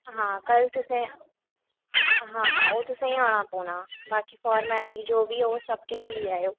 हां कल तुसें हां हां ओह् तुसेंई आना पौना बाकी फारमैलटी जो बी होग सब किश लेई आएओ